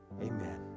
amen